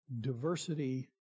diversity